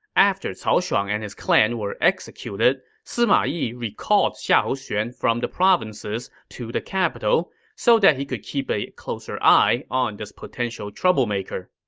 after cao shuang and his clan were executed, sima yi recalled xiahou xuan from the provinces to the capital so that he could keep a close eye on this potential troublemaker.